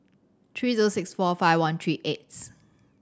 three zero six four five one three eighth